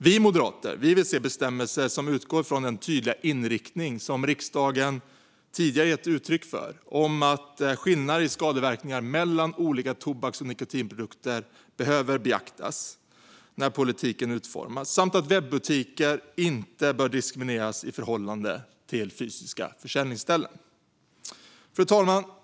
Vi moderater vill se bestämmelser som utgår från den tydliga inriktning som riksdagen tidigare gett uttryck för om att skillnader i skadeverkningar mellan olika tobaks och nikotinprodukter behöver beaktas när politiken utformas samt att webbutiker inte bör diskrimineras i förhållande till fysiska försäljningsställen. Fru talman!